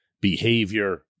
behavior